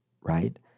right